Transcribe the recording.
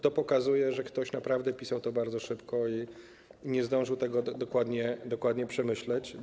To pokazuje, że ktoś naprawdę pisał to bardzo szybko i nie zdążył tego dokładnie przemyśleć.